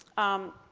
um,